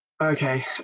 okay